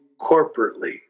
corporately